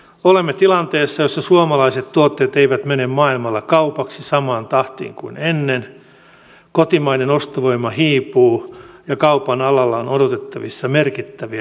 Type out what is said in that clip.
olemme tilanteessa jossa suomalaiset tuotteet eivät mene maailmalla kaupaksi samaan tahtiin kuin ennen kotimainen ostovoima hiipuu ja kaupan alalla on odotettavissa merkittäviä irtisanomisia